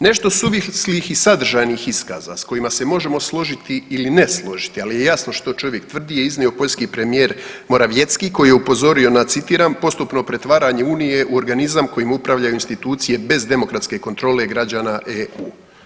Nešto suvislih i sadržajnih iskaza s kojima se možemo složiti ili ne složiti, ali je jasno što čovjek tvrdi je iznio poljski premijer Morawiecki koji je upozorio na, citiram, postupno pretvaranje unije u organizam kojim upravljaju institucije bez demokratske kontrole građana EU.